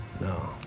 No